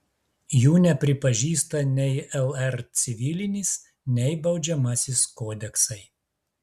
jų nepripažįsta nei lr civilinis nei baudžiamasis kodeksai